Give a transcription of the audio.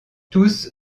tous